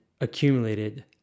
accumulated